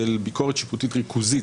של ביקורת שיפוטית ריכוזית.